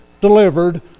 delivered